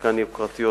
בחלקן יוקרתיות,